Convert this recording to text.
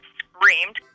screamed